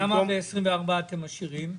למה ב-24' אתם משאירים?